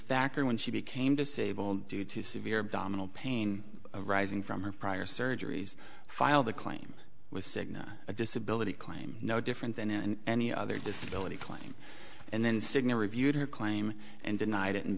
factor when she became disabled due to severe abdominal pain arising from her prior surgeries filed a claim with cigna a disability claim no different and any other disability claim and then cigna reviewed her claim and denied it